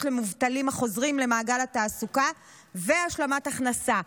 למובטלים החוזרים למעגל התעסוקה והשלמת הכנסה,